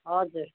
हजुर